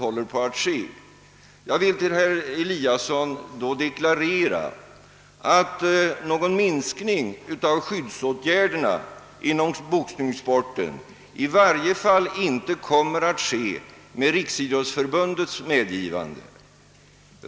Jag vill då till herr Eliasson deklarera att någon minskning av skyddsåtgärderna inom boxningssporten i varje fall inte kommer att ske med Riksidrottsförbundets medgivande.